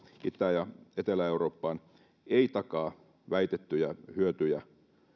itä ja etelä eurooppaan ei takaa väitettyjä hyötyjä